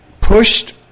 pushed